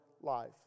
life